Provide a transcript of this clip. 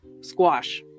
Squash